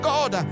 God